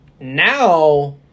now